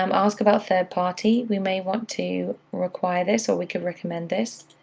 um ask about third party, we may want to require this or we could recommend this.